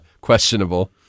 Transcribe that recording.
questionable